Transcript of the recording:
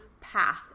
path